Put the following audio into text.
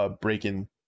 breaking